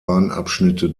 abschnitte